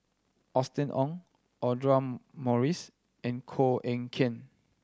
Austen Ong Audra Morrice and Koh Eng Kian